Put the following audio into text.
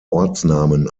ortsnamen